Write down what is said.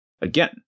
again